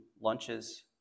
lunches